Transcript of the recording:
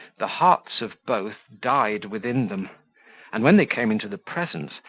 the hearts of both died within them and when they came into the presence,